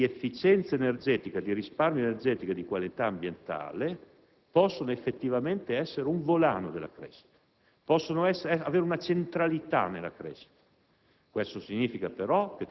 le politiche di efficienza energetica, di risparmio energetico e di qualità ambientale possano effettivamente essere un volano della crescita ed avere una centralità nella crescita.